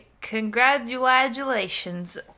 congratulations